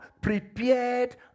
prepared